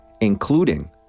including